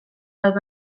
bat